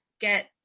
get